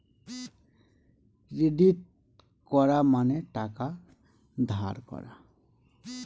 credit করা মানে টাকা ধার করা